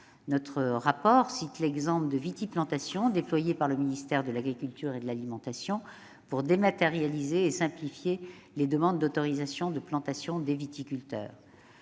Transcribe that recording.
Notre rapport cite l'exemple de l'outil Vitiplantation, déployé par le ministère de l'agriculture et de l'alimentation pour dématérialiser et simplifier les demandes d'autorisation de plantation des viticulteurs.